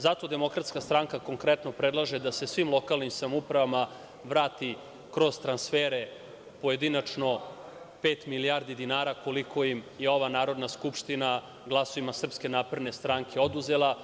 Zato DS konkretno predlaže da se svim lokalnim samoupravama vrati kroz transfere, pojedinačno pet milijardi dinara, koliko im je ova Narodna skupština glasovima SNS oduzela.